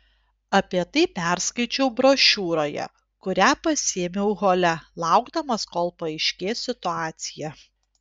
apie tai perskaičiau brošiūroje kurią pasiėmiau hole laukdamas kol paaiškės situacija